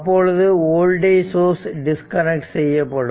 அப்பொழுது voltage source disconnect செய்யப்படும்